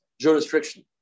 jurisdiction